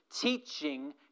teaching